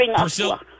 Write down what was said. Priscilla